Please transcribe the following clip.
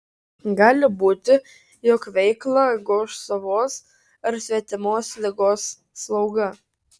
gali būti jog veiklą goš savos ar svetimos ligos slauga